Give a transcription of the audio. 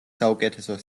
საუკეთესო